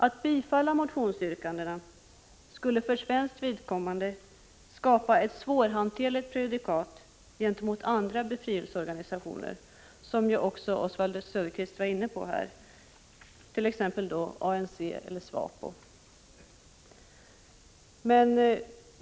Att bifalla motionsyrkandena skulle för svenskt vidkommande skapa ett svårhanterligt prejudikat gentemot andra befrielseorganisationer, som ju också Oswald Söderqvist var inne på, t.ex. ANC och SWAPO.